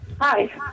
Hi